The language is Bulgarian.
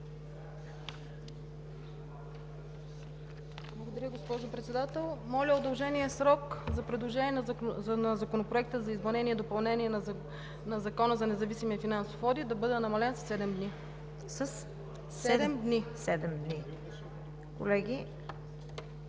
Благодаря, госпожо Председател. Моля удължения срок за предложения по Законопроекта за изменение и допълнение на Закона за независимия финансов одит да бъде намален със седем дни.